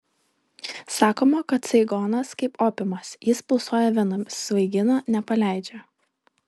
sakoma kad saigonas kaip opiumas jis pulsuoja venomis svaigina nepaleidžia